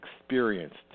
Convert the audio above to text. experienced